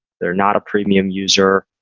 they're not a premium user.